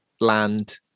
land